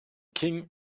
king